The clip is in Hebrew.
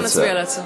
נצביע על ההצעה.